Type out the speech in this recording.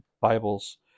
Bibles